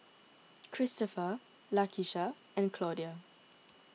Kristoffer Lakesha and Claudia